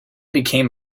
became